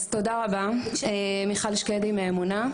אז תודה רבה, מיכל שקדי מאמונה.